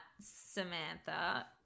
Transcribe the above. samantha